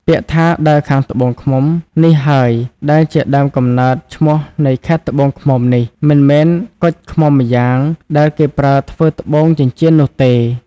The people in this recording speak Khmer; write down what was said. ពាក្យថា “ដើរខាងត្បូងឃ្មុំ” នេះហើយ ដែលជាដើមកំណើតឈ្មោះនៃខេត្តត្បូងឃ្មុំនេះ មិនមែនគជ់ឃ្មុំម៉្យាង ដែលគេប្រើធ្វើត្បូងចិញ្ចៀននោះទេ ។